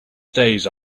stays